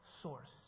source